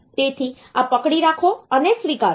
તેથી આ પકડી રાખો અને સ્વીકારો